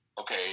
okay